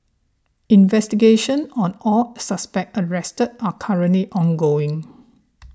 investigations on all suspects arrested are currently ongoing